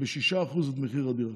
ב-6% את מחיר הדירה.